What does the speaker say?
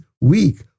weak